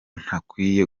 ntakwiye